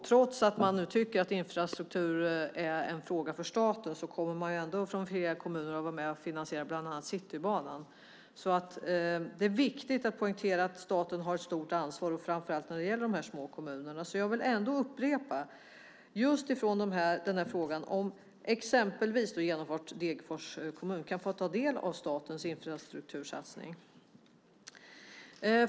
Trots att man nu tycker att infrastruktur är en fråga för staten kommer ändå flera kommuner att vara med och finansiera bland annat Citybanan. Det är därför viktigt att poängtera att staten har ett stort ansvar, framför allt när det gäller de små kommunerna. Jag vill därför upprepa frågan om exempelvis genomfart i Degerfors kommun kan få del av statens infrastruktursatsningar.